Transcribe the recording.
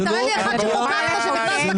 כדי לאפשר את הקמת אותה הממשלה.